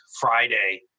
Friday